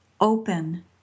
open